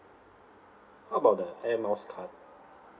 how about the air miles card